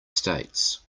states